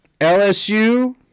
LSU